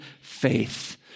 faith